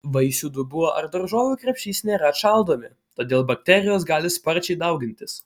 vaisių dubuo ar daržovių krepšys nėra atšaldomi todėl bakterijos gali sparčiai daugintis